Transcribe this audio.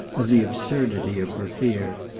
of the absurdity of her fear,